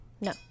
No